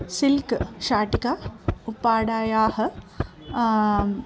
silk शाटिका उप्पाडायाः